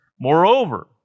Moreover